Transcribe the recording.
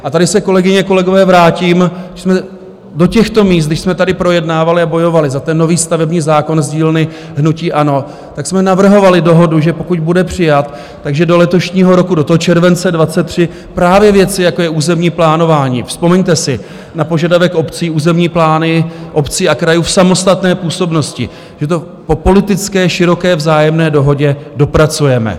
A tady se, kolegyně, kolegové, vrátím do těchto míst, když jsme tady projednávali a bojovali za nový stavební zákon z dílny hnutí ANO, tak jsme navrhovali dohodu, že pokud bude přijata, tak že do letošního roku, do července 2023, právě věci, jako je územní plánování vzpomeňte si na požadavek obcí, územní plány obcí a krajů v samostatné působnosti že to po politické, široké, vzájemné dohodě dopracujeme.